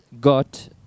got